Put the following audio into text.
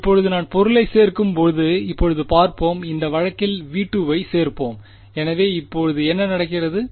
இப்போது நான் பொருளைச் சேர்க்கும்போது இப்போது பார்ப்போம் இந்த வழக்கில் V2 வை சேர்ப்போம் எனவே இப்போது என்ன நடக்கிறது